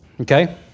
Okay